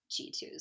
G2s